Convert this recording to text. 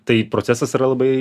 tai procesas yra labai